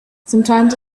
sometimes